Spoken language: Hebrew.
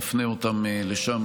תפנה אותם לשם,